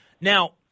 Now